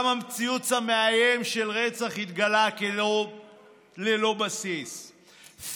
גם הציוץ המאיים של רצח התגלה ללא בסיס,